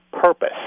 purpose